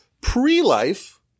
pre-life